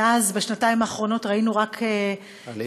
מאז, בשנתיים האחרונות, ראינו רק -- עלייה.